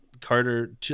Carter